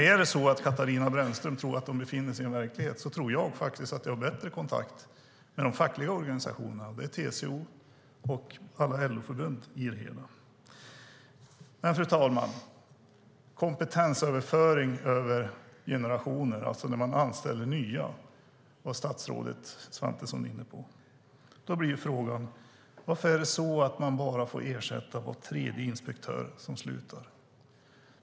Är det så att Katarina Brännström tror att hon befinner sig i en verklighet tror jag faktiskt att jag har bättre kontakt med de fackliga organisationerna - det är TCO och alla LO-förbund - i det hela. Fru talman! Statsrådet Svantesson var inne på kompetensöverföring över generationer, alltså när man anställer nya. Då blir frågan: Varför är det så att man bara får ersätta var tredje inspektör som slutar?